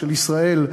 של ישראל,